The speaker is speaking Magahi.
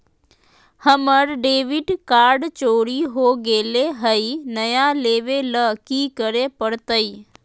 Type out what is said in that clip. हमर डेबिट कार्ड चोरी हो गेले हई, नया लेवे ल की करे पड़तई?